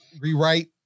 rewrite